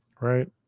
right